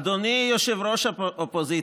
אדוני ראש האופוזיציה,